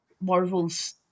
Marvel's